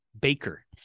Baker